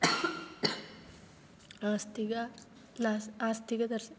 अस्तिक नास्ति अस्तिकदर्शनं